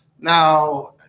Now